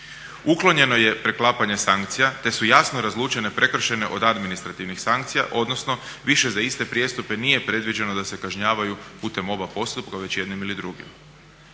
Uklonjeno je preklapanje sankcija te su jasno razlučene prekršajne od administrativnih sankcija odnosno više za iste prijestupe nije predviđeno da se kažnjavaju putem oba postupka već jednim ili drugim.